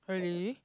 really